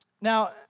Now